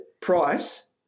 price